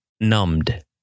numbed